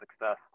success